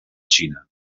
xina